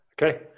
Okay